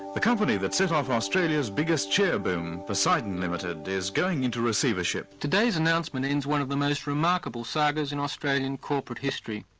the company that set off australia's biggest share boom, poseidon limited, is going into receivership. today's announcement ends one of the most remarkable sagas in australian corporate history.